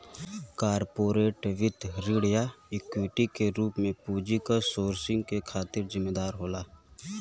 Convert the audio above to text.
corporate वित्त ऋण या इक्विटी के रूप में पूंजी क सोर्सिंग के खातिर जिम्मेदार होला